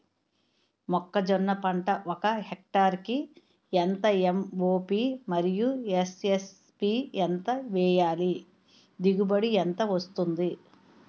మొక్కజొన్న పంట ఒక హెక్టార్ కి ఎంత ఎం.ఓ.పి మరియు ఎస్.ఎస్.పి ఎంత వేయాలి? దిగుబడి ఎంత వస్తుంది?